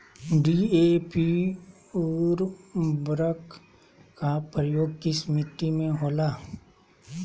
DAP उर्वरक का प्रयोग किस मिट्टी में होला?